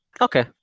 Okay